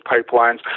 pipelines